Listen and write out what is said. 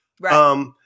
Right